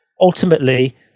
ultimately